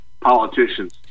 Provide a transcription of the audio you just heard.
politicians